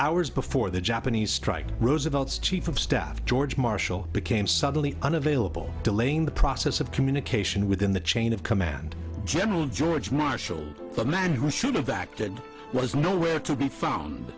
hours before the japanese strike roosevelt's chief of staff george marshall became suddenly unavailable delaying the process of communication within the chain of command general george marshall the man who should have acted was nowhere to be found